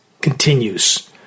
continues